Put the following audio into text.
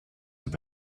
have